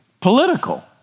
political